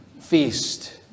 feast